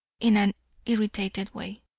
in an irritated way,